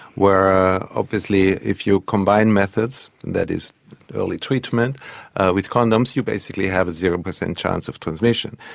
where obviously if you combine methods, that is early treatment with condoms, you basically have a zero percent chance of transmission.